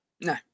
No